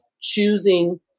choosing